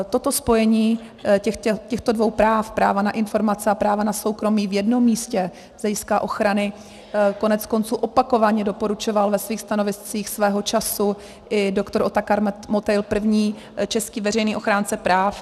Toto spojení těchto dvou práv, práva na informace a práva na soukromí, v jednom místě z hlediska ochrany koneckonců opakovaně doporučoval ve svých stanoviscích svého času i doktor Otakar Motejl, první český veřejný ochránce práv.